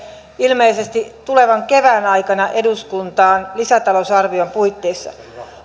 ilmeisesti tulevan kevään aikana eduskuntaan lisätalousarvion puitteissa